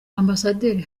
ambasaderi